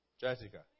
Jessica